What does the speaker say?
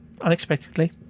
unexpectedly